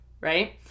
Right